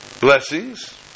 Blessings